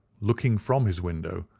looking from his window,